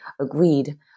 agreed